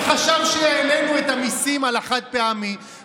הוא חשב שהעלינו את המיסים על החד-פעמי,